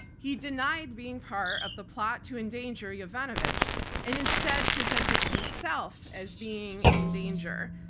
he denied being part of the plot to endanger yovanovitch and instead presented himself as being in danger.